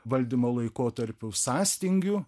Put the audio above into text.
valdymo laikotarpiu sąstingiu